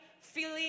feeling